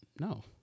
no